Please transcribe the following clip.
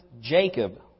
Jacob